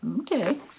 okay